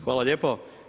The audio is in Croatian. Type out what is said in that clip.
Hvala lijepo.